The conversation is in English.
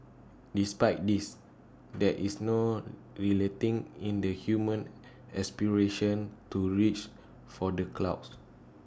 despite this there is no relenting in the human aspiration to reach for the clouds